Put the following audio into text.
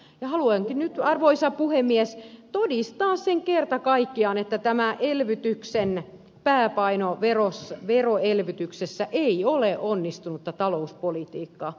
haluankin nyt arvoisa puhemies todistaa sen kerta kaikkiaan että tämä elvytyksen pääpaino veroelvytyksessä ei ole onnistunutta talouspolitiikkaa